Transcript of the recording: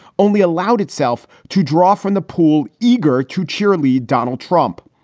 only allowed itself to draw from the pool, eager to cheerlead donald trump.